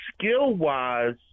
skill-wise